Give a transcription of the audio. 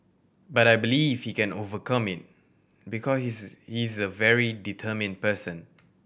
but I believe he can overcome it because he's is a very determined person